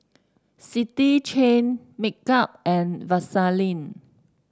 City Chain Make Up and Vaseline